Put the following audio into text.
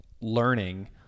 learning